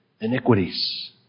iniquities